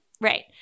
right